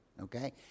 okay